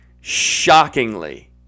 shockingly